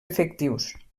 efectius